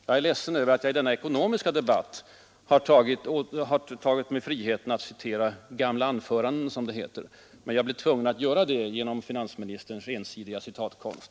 Jag ledsen över att jag i denna ekonomiska debatt har tagit mig friheten att citera gamla anföranden, som det heter, men jag blev tvungen att göra det på grund av finansministerns ensidiga citatkonst.